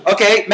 Okay